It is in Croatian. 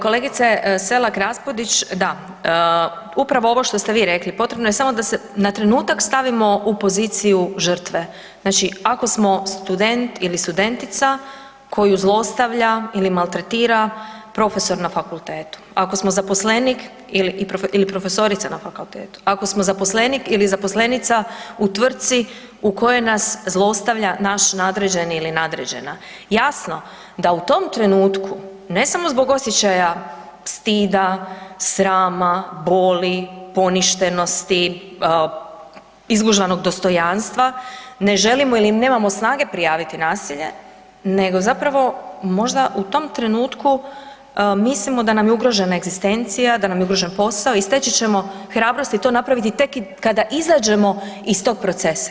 Kolegice SElak RAspudić, da, upravo ovo što ste vi rekli potrebno je samo da se na trenutak stavimo u poziciju žrtve, znači ako smo student ili studentica koju zlostavlja ili maltretira profesor na fakultetu ili profesorica na fakultetu, ako smo zaposlenik ili zaposlenica u tvrci u kojoj nas zlostavlja naš nadređeni ili nadređena, jasno da u tom trenutku ne samo zbog osjećaja stida, srama, boli, poništenosti, izgužvanog dostojanstva ne želimo ili nemamo snage prijaviti nasilje nego zapravo možda u tom trenutku mislimo da nam je ugrožena egzistencija, da nam je ugrožen posao i steći ćemo hrabrosti to napraviti tek i kada izađemo iz tog procesa.